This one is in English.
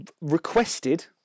requested